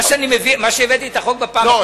מה שהבאתי את החוק בפעם הקודמת, לא.